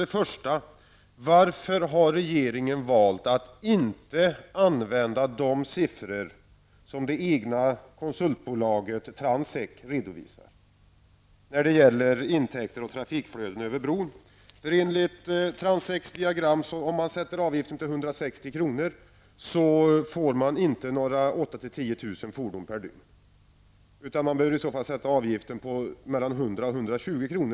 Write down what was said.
Den första frågan är: Varför har regeringen valt att inte använda de siffror som det egna konsultbolaget Transek redovisar när det gäller intäkter och trafikflöden över bron? Enligt Transeks diagram får man inte 8 000--10 000 fordon per dygn om man sätter avgiften till 160 kr. Avgiften behövs i stället sättas till 100--120 kr.